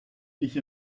ich